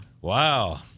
Wow